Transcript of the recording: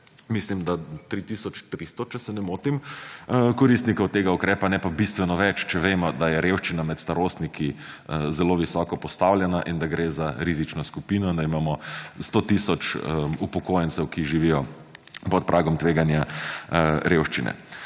mislim da 3 tisoč 300, če se ne motim, koristnikov tega ukrepa, ne pa bistveno več, če vemo, da je revščina med starostniki zelo visoko postavljena in da gre za rizično skupino, da imamo 100 tisoč upokojencev, ki živijo pod pragom tveganja revščine.